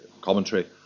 commentary